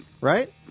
right